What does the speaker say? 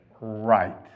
Right